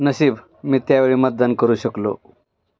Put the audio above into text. नशीब मी त्यावेळी मतदान करू शकलो